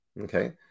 okay